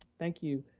thank you,